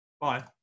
Bye